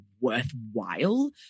worthwhile